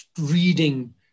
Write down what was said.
reading